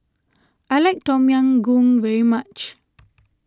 I like Tom Yam Goong very much